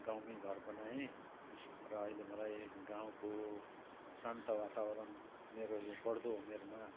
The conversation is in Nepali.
गाउँमै घर बनाएँ र अहिले मलाई गाउँको शान्त वातावरण मेरो यो बढ्दो उमेरमा